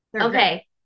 Okay